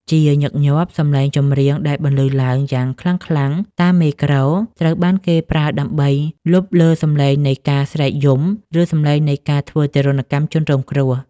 ជាញឹកញាប់ សម្លេងចម្រៀងដែលបន្លឺឡើងយ៉ាងខ្លាំងៗតាមមេក្រូ ត្រូវបានគេប្រើដើម្បីលុបលើសម្លេងនៃការស្រែកយំ ឬសម្លេងនៃការធ្វើទារុណកម្មជនរងគ្រោះ